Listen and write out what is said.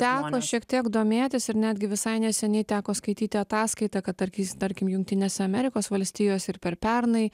teko šiek tiek domėtis ir netgi visai neseniai teko skaityti ataskaitą kad tarkis tarkim jungtinėse amerikos valstijose ir per pernai